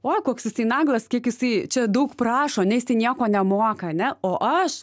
o koks jisai naglas kiek jisai čia daug prašo ne jis ten nieko nemoka ane o aš